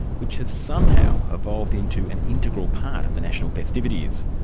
which has somehow evolved into an integral part of the national festivities.